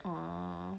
orh